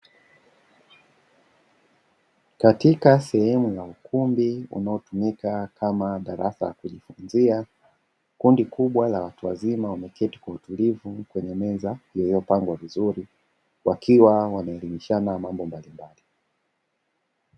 Katika sehemu ya ukumbi unaotumika kama darasa la kujifunzia, kundi kubwa la watu wazima wameketi kwa utulivu kwenye meza iliyopangwa vizuri wakiwa wanaelimishana mambo mbalimbali.